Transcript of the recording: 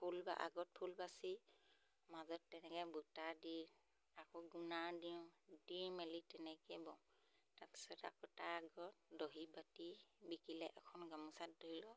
ফুল বা আগত ফুল বাচি মাজত তেনেকৈ বুটা দি আকৌ গুণা দিওঁ দি মেলি তেনেকৈ বওঁ তাৰপিছত আকৌ তাৰ আগত দহি বাতি বিকিলে এখন গামোচাত ধৰি লওক